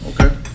Okay